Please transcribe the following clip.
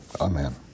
Amen